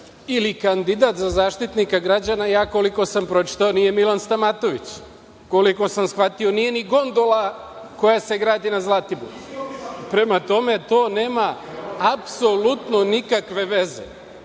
ili kandidat za Zaštitnika građana, koliko sam pročitao, nije Milan Stamatović. Koliko sam shvatio, nije ni gondola koja se gradi na Zlatiboru. Prema tome, to nema apsolutno nikakve veze.